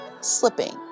slipping